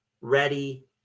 ready